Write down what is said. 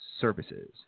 services